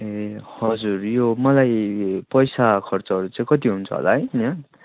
ए हजुर यो मलाई पैसा खर्चहरू चाहिँ कति हुन्छ होला है यहाँ